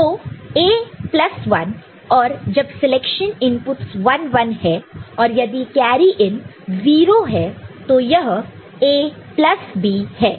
तो A plus 1 और जब सिलेक्शन इनपुटस 1 1 है और यदि कैरी इन 0 है तो यह A प्लस B है